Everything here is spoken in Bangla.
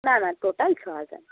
না না টোটাল ছহাজার